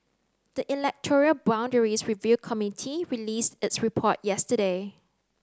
the electoral boundaries review committee released its report yesterday